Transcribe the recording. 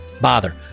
bother